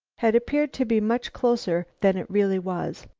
had appeared to be much closer than it really was.